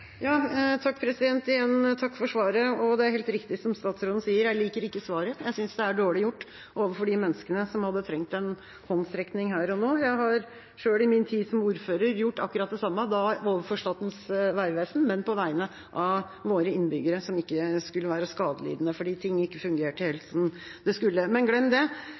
Igjen takk for svaret. Det er helt riktig som statsråden sier: Jeg liker ikke svaret. Jeg synes det er dårlig gjort overfor de menneskene som hadde trengt en håndsrekning her og nå. Jeg har sjøl i min tid som ordfører gjort akkurat det samme, da overfor Statens vegvesen, men på vegne av våre innbyggere som ikke skulle bli skadelidende fordi ting ikke fungerte helt som de skulle. Men glem det.